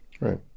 Right